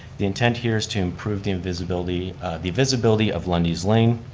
the intent here is to improve the visibility the visibility of lundy's lane,